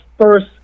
first